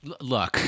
Look